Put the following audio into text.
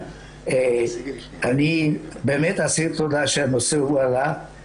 אתם יודעים שאנחנו מטפלים בכ-200,000